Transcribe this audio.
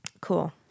Cool